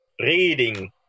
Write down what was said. reading